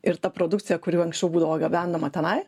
ir ta produkcija kuri anksčiau būdavo gabenama tenai